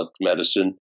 medicine